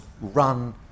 run